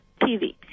TV